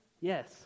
Yes